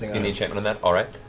the enchantment on that. all right.